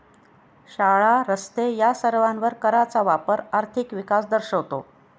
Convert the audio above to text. शाळा, रस्ते या सर्वांवर कराचा वापर आर्थिक विकास दर्शवतो